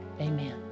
Amen